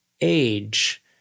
age